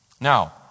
Now